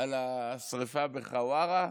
על השרפה בחווארה,